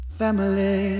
family